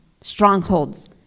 strongholds